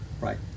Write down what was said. right